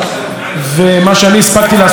ומה שאני הספקתי לעשות בארבעה חודשים